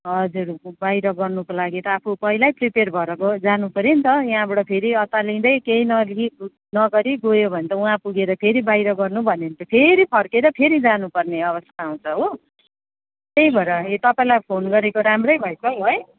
हजुर बाहिर गर्नुको लागि त आफू पहिल्यै प्रिपेयर भएर ग जानुपर्यो नि त त्यहाँबाट फेरि अत्तालिँदै केही नलिई नगरी गयो भने त वहाँ पुगेर फेरि बाहिर गर्नु भन्यो भने त फेरि फर्केर फेरि जानुपर्ने अवस्था आउँछ हो त्यही भएर तपाईँलाई फोन गरेको राम्रै भएछ हौ है